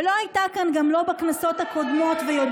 ולא הייתה כאן גם בכנסות הקודמות ולא